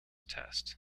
test